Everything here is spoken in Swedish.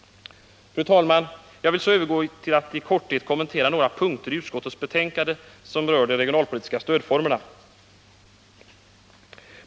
Fru talman! Jag vill så övergå till att i korthet kommentera några punkter i utskottets betänkande som rör de regionalpolitiska stödformerna.